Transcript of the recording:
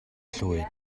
llwyd